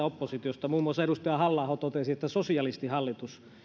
oppositiosta muun muassa edustaja halla aho totesi että sosialistihallitus